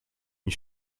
une